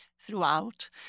throughout